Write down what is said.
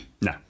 No